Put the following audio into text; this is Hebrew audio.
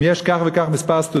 אם יש כך וכך סטודנטים,